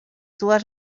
dues